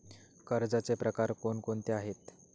कर्जाचे प्रकार कोणकोणते आहेत?